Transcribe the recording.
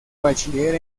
bachiller